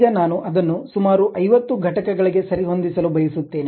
ಈಗ ನಾನು ಅದನ್ನು ಸುಮಾರು 50 ಘಟಕಗಳಿಗೆ ಸರಿಹೊಂದಿಸಲು ಬಯಸುತ್ತೇನೆ